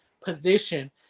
position